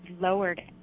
lowered